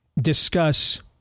discuss